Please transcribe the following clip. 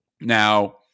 Now